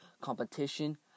Competition